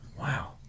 Wow